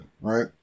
right